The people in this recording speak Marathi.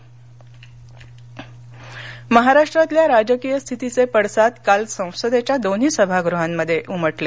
संसद महाराष्ट्रातल्या राजकीय स्थितीचे पडसाद काल संसदेच्या दोन्ही सभागृहांमध्ये उमटले